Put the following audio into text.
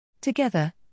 Together